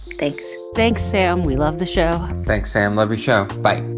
thanks thanks, sam. we love the show thanks, sam. love your show. bye